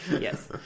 Yes